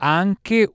anche